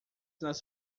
nas